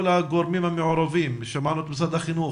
הגורמים המעורבים - ושמענו את משרד החינוך,